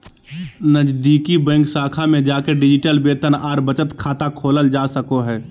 नजीदीकि बैंक शाखा में जाके डिजिटल वेतन आर बचत खाता खोलल जा सको हय